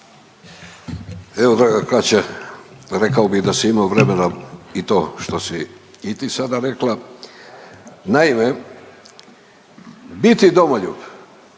Evo Kaća rekao bih da sam imao vremena i to što si i ti sada rekla. Naime, biti domoljub,